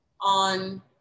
on